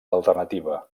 alternativa